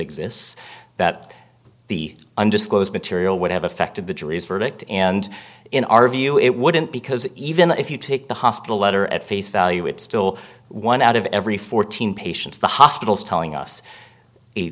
exists that the undisclosed material would have affected the jury's verdict and in our view it wouldn't because even if you take the hospital letter at face value it still one out of every fourteen patients the hospitals telling us a